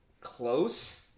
close